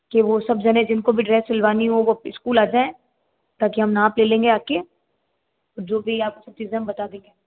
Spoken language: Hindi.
की वो सब जने जिनको भी ड्रेस सिलवानी हो वो स्कूल आ जाएं ताकि हम नाप ले लेंगे आके जो भी आपको सब चीज़ हम बता देंगे